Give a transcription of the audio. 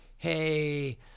hey